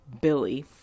billy